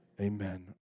Amen